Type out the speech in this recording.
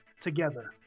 together